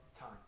time